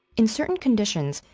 in certain conditions,